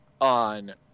on